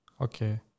Okay